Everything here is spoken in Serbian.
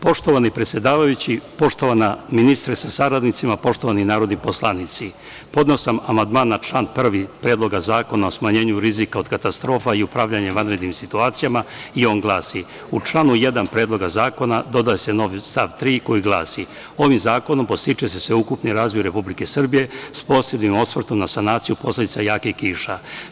Poštovani predsedavajući, poštovana ministarko sa saradnicima, poštovani narodni poslanici, podneo sam amandman na član 1. Predloga zakona o smanjenju rizika od katastrofa i upravljanje vanrednim situacijama i on glasi – U članu 1. Predloga zakona dodaje se novi stav 3. koji glasi: „Ovim zakonom podstiče se sveukupni razvoj Republike Srbije s posebnim osvrtom na sanaciju posledica jakih kiša“